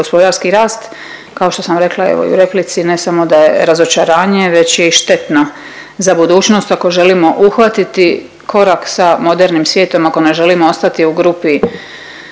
gospodarski rast kao što sam rekla evo i u replici ne samo da je razočaranje, već je i štetno za budućnost ako želimo uhvatiti korak sa modernim svijetom, ako ne želimo ostati u grupi